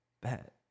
bet